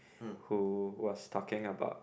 who was talking about